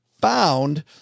found